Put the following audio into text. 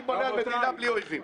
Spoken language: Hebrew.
אני בונה על מדינה בלי אויבים.